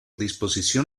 disposición